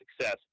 success